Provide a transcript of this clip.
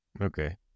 Okay